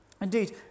Indeed